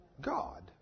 God